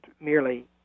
merely